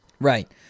Right